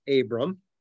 Abram